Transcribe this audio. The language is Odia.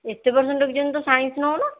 ଏତେ ପର୍ସେଣ୍ଟ୍ ରଖିଛନ୍ତି ତ ସାଇନ୍ସ ନେଉନ